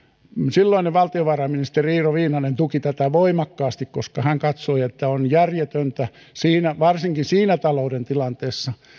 silloinen valtiovarainministeri iiro viinanen tuki tätä voimakkaasti koska hän katsoi että on järjetöntä varsinkin siinä talouden tilanteessa